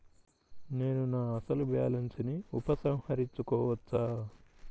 నేను నా అసలు బాలన్స్ ని ఉపసంహరించుకోవచ్చా?